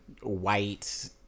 white